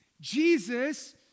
Jesus